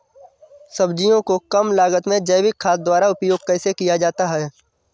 सब्जियों को कम लागत में जैविक खाद द्वारा उपयोग कैसे किया जाता है?